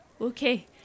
Okay